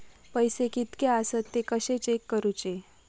पैसे कीतके आसत ते कशे चेक करूचे?